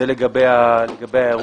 זה לגבי האירוע.